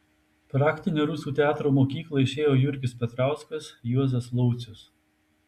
praktinę rusų teatro mokyklą išėjo jurgis petrauskas juozas laucius